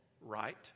right